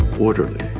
orderly.